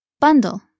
bundle